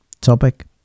topic